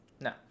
No